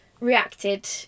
reacted